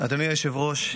אדוני היושב-ראש,